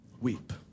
Weep